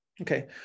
Okay